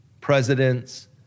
presidents